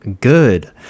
good